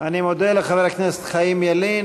אני מודה לחבר הכנסת חיים ילין.